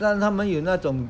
让他们有那种